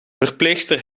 verpleegster